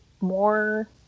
more